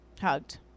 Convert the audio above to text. Hugged